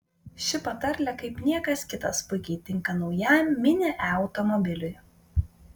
ši patarlė kaip niekas kitas puikiai tinka naujam mini e automobiliui